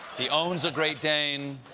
he owns a great dane.